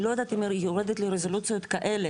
אני לא יודעת אם היא יורדת לרזולוציות כאלה,